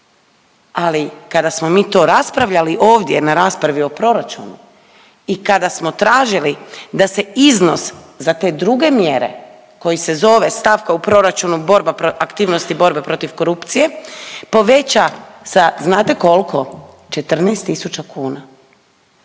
ali kada smo mi to raspravljali ovdje na raspravi o proračunu i kada smo tražili da se iznos za te druge mjere koji se zove stavka u proračunu, borba, aktivnosti borba protiv korupcije poveća sa znate koliko – 14.000,00 kn.